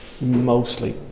mostly